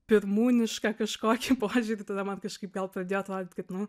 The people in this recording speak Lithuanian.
pirmūnišką kažkokį požiūrį tada man kažkaip gal pradėjo atrodyt kad nu